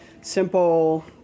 simple